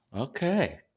okay